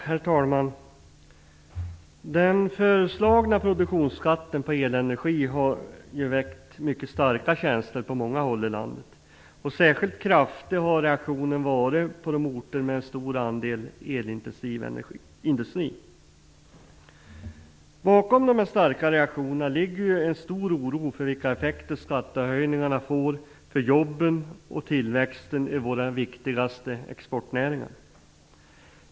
Herr talman! Den föreslagna produktionsskatten på elenergi har väckt mycket starka känslor på många håll i landet. Särskilt kraftig har reaktionen varit på orter med en stor andel elintensiv industri. Bakom de starka reaktionerna ligger en stor oro för vilka effekter skattehöjningarna får för jobben och tillväxten i våra viktigaste exportnäringar.